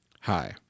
Hi